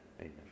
amen